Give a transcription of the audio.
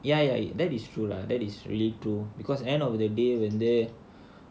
ya ya ya that is true lah that is really true because end of the day when they're